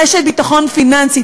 רשת ביטחון פיננסית.